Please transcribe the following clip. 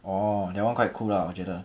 orh that [one] quite cool lah 我觉得